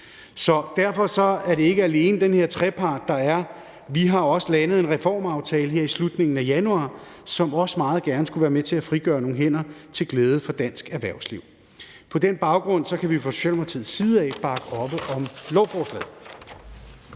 Så derfor er det ikke alene den her trepartsaftale, der er. Vi har også landet en reformaftale her i slutningen af januar, som også meget gerne skulle være med til at frigøre nogle hænder til glæde for dansk erhvervsliv. På den baggrund kan vi fra Socialdemokratiets side bakke op om lovforslaget.